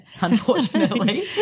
unfortunately